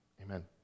amen